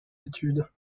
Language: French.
études